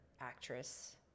actress